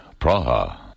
Praha